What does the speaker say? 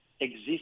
exist